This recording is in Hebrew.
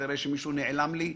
שמי סמדר ברבר-צדיק,